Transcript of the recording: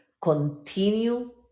continue